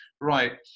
right